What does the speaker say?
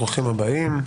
ברוכים הבאים.